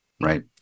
Right